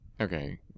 Okay